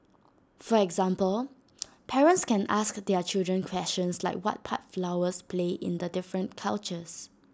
for example parents can ask their children questions like what part flowers play in the different cultures